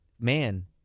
man